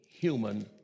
human